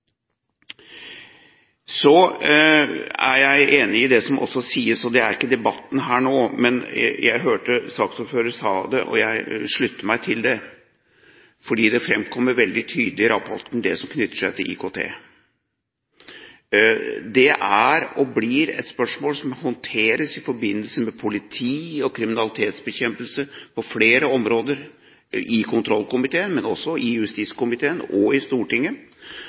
Så er jeg enig i det som sies om IKT. Det er ikke debatten her nå, men jeg hørte hva saksordføreren sa. Jeg slutter meg til det, fordi det framkommer veldig tydelig i rapporten det som knytter seg til IKT. Det er og blir et spørsmål som håndteres i forbindelse med politi og kriminalitetsbekjempelse på flere områder i kontrollkomiteen, men også i justiskomiteen og i Stortinget.